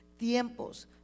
tiempos